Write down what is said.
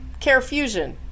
Carefusion